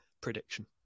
prediction